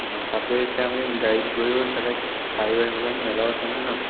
অঁ তাতে এতিয়া আমি গাড়ীত গৈও তালে চায়ো আহিব পাৰিম মেলাও আছে নহয় ন